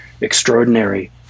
extraordinary